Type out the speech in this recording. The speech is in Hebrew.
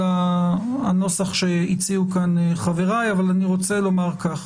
אלא הנוסח שהציעו כאן חבריי אבל אני רוצה לומר כך: